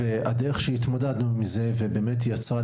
הדרך שבה התמודדנו עם זה ושיצרה,